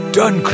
done